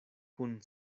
kun